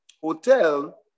hotel